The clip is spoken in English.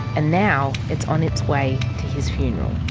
and now it's on it's way to his funeral.